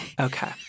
Okay